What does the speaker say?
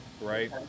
right